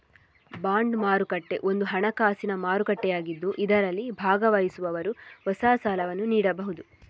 bond ಮಾರುಕಟ್ಟೆ ಒಂದು ಹಣಕಾಸಿನ ಮಾರುಕಟ್ಟೆಯಾಗಿದ್ದು ಇದರಲ್ಲಿ ಭಾಗವಹಿಸುವವರು ಹೊಸ ಸಾಲವನ್ನು ನೀಡಬಹುದು